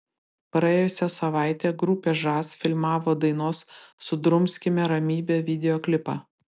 praėjusią savaitę grupė žas filmavo dainos sudrumskime ramybę videoklipą